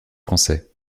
français